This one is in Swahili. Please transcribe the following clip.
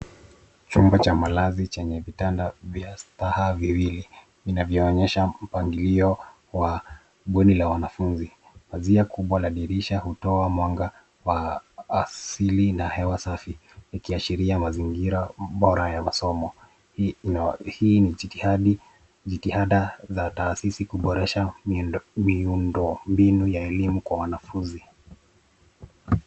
Chumba cha malazi chenye vitanda vya staha viwili vinavyoonyesha mpangilio wa bweni la wanafunzi. Pazia kubwa la dirisha hutoa mwanga wa asili na hewa safi ikiashiria mazingira bora ya masomo. Hii ni jitihada za taasisi kuboresha miundo mbinu ya elimu kwa wanafunzi.